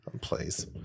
Please